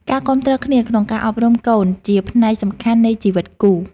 ការគាំទ្រគ្នាក្នុងការអប់រំកូនជាផ្នែកសំខាន់នៃជីវិតគូ។